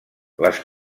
les